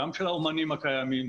גם של האומנים הקיימים,